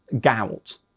gout